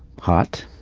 hot